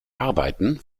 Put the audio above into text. arbeiten